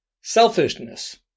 selfishness